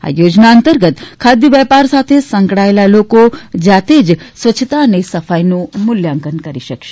આ યોજના અંતર્ગત ખાદ્ય વેપાર સાથે સંકળાયેલા લોકો જાતે જ સ્વચ્છતા અને સફાઇનું મુલ્યાંકન કરી શકશે